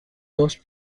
dos